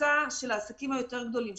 הקבוצה של העסקים היותר גדולים,